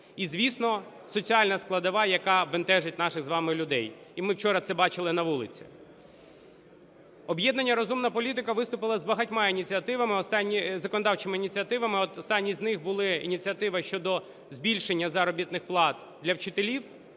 і, звісно, соціальна складова, яка бентежить наших з вами людей, і ми вчора це бачили на вулиці. Об'єднання "Розумна політика" виступило з багатьма ініціативами, законодавчими ініціативами, останні з них були: ініціатива щодо збільшення заробітних плат для вчителів